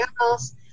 else